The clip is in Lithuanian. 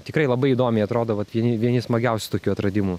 tikrai labai įdomiai atrodo vat vieni vieni smagiausių tokių atradimų